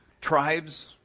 tribes